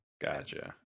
gotcha